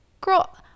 girl